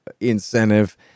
incentive